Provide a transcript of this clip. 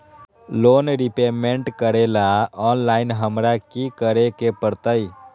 Loan repayment करेला online हमरा की करे के परतई?